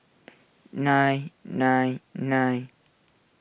nine nine nine